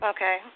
Okay